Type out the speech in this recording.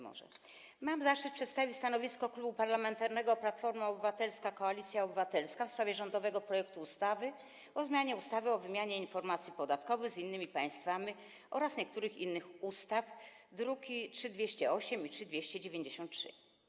Mam zaszczyt przedstawić stanowisko Klubu Parlamentarnego Platforma Obywatelska - Koalicja Obywatelska w sprawie rządowego projektu ustawy o zmianie ustawy o wymianie informacji podatkowych z innymi państwami oraz niektórych innych ustaw, druki nr 3208 i 3293.